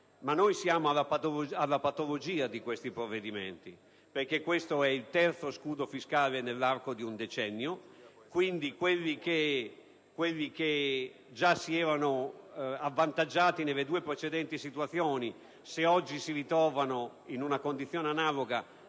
ma siamo alla patologia di tali provvedimenti. È il terzo scudo fiscale nell'arco di un decennio per cui quelli che già si erano avvantaggiati nelle due precedenti situazioni, se si ritrovano oggi in una condizione analoga,